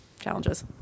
challenges